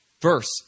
verse